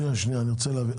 רק שנייה, אני רוצה להבין.